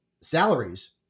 salaries